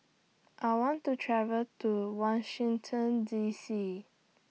I want to travel to Washington D C